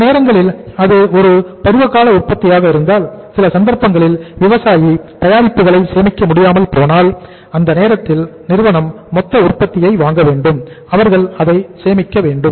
சில நேரங்களில் அது ஒரு பருவகால உற்பத்தியாக இருந்தால் சில சந்தர்ப்பங்களில் விவசாயி தயாரிப்புகளை சேமிக்க முடியாமல் போனால் அந்த நேரத்தில் நிறுவனம் மொத்த உற்பத்தியை வாங்க வேண்டும் அவர்கள் அதை சேமிக்க வேண்டும்